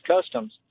Customs